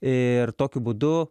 ir tokiu būdu